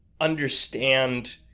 understand